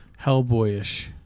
Hellboyish